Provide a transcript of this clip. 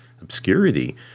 obscurity